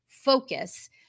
focus